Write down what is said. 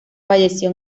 falleció